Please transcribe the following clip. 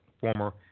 Former